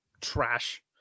Trash